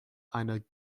eine